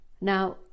Now